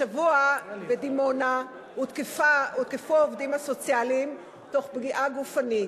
השבוע בדימונה הותקפו העובדים הסוציאליים תוך פגיעה גופנית.